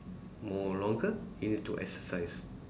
more longer you need to exercise